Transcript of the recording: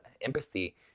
empathy